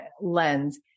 lens